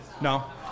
No